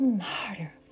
harder